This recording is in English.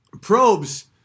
probes